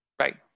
Right